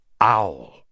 owl